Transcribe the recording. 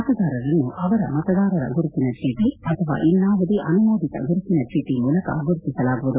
ಮತದಾರರನ್ನು ಅವರ ಮತದಾರರ ಗುರುತಿನ ಚೀಟಿ ಅಥವಾ ಇನ್ನಾವುದೇ ಅನುಮೋದಿತ ಗುರುತಿನ ಚೀಟಿ ಮೂಲಕ ಗುರುತಿಸಲಾಗುವುದು